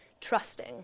trusting